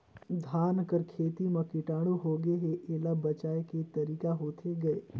धान कर खेती म कीटाणु होगे हे एला बचाय के तरीका होथे गए?